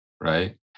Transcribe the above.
right